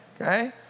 Okay